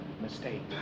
mistake